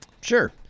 Sure